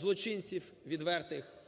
злочинців відвертих.